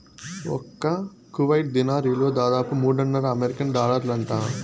ఒక్క Kuwait dinar ఇలువ దాదాపు మూడున్నర అమెరికన్ డాలర్లంట